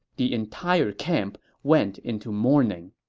the entire camp went into mourning